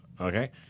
okay